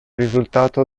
risultato